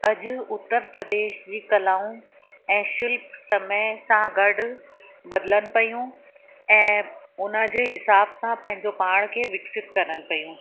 अॼु उत्तर प्रदेश जी कलाऊं ऐं शिल्प समय सां गॾु बदलनि पयूं ऐं उन हुन जे हिसाब सां पंहिंजो पाण खे विकसित करनि पयूं